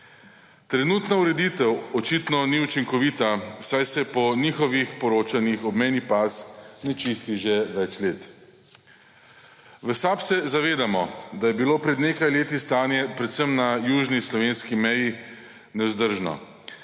Trenutna ureditev očitno ni učinkovita, saj se po njihovih poročanjih obmejni pas ne čisti že več let. V SAB se zavedamo, da je bilo pred nekaj leti stanje predvsem na južni slovenski meji nevzdržno.